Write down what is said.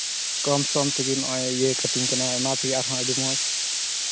ᱠᱚᱢ ᱥᱚᱢ ᱛᱮᱜᱮ ᱱᱚᱜᱼᱚᱭ ᱤᱭᱟᱹ ᱠᱟᱹᱛᱤᱧ ᱠᱟᱱᱟᱭ ᱚᱱᱟ ᱛᱮᱜᱮ ᱟᱨᱦᱚᱸ ᱟᱹᱰᱤ ᱢᱚᱡᱽ